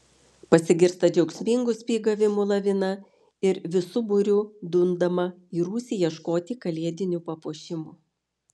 pasigirsta džiaugsmingų spygavimų lavina ir visu būriu dundama į rūsį ieškoti kalėdinių papuošimų